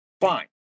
fine